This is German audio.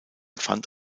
fand